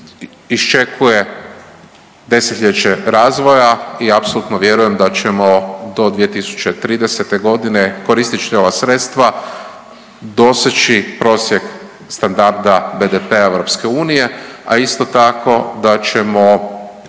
iščekuje desetljeće razvoja i apsolutno vjerujem da ćemo do 2030. g. koristeći ova sredstva doseći prosjek, standarda BDP-a EU, a isto tako da ćemo